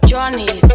Johnny